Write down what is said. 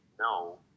no